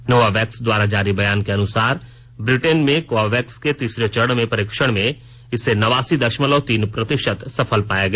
Novavax द्वारा जारी बयान के अनुसार ब्रिटेन में कोवावैक्स के तीसरे चरण के परीक्षण में इसे नवासी दशमलव तीन प्रतिशत सफल पाया गया